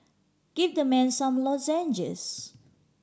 give the man some lozenges